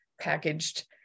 packaged